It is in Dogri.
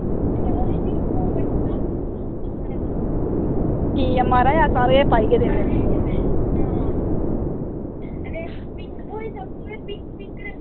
ठीक ऐ म्हाराज असें सारे गै पाइयै देने